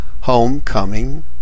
homecoming